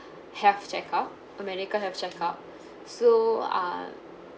health check-up a medical health check-up so err